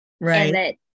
right